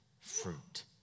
fruit